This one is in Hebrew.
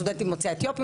סטודנטים ממוצא אתיופי,